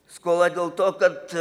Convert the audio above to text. skola dėl to kad